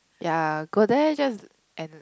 ya go there just and